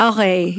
Okay